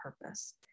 purpose